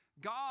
God